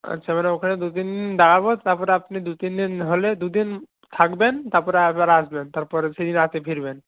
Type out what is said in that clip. আচ্ছা এবারে ওখানে দু তিন দিন দাঁড়াবো তারপরে আপনি দু তিন দিন হলে দু দিন থাকবেন তারপরে আবার আসবেন তারপরে সেই রাতে ফিরবেন